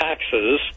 taxes